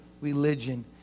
religion